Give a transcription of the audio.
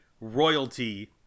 royalty